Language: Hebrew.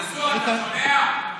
משפט אחרון.